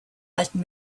alten